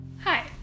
Hi